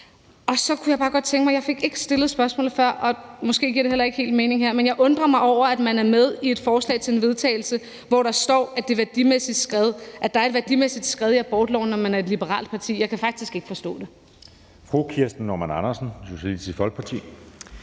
Så kunne jeg bare godt tænke mig at stille et spørgsmål. Jeg fik ikke stillet det før, og måske giver det heller ikke helt mening her. Men jeg undrer mig over, at man er med i et forslag til vedtagelse, hvor der står, at der er et værdimæssigt skred i abortloven, når man er et liberalt parti. Jeg kan faktisk ikke forstå det. Kl. 16:24 Anden næstformand